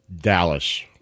Dallas